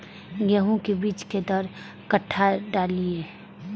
गेंहू के बीज कि दर कट्ठा डालिए?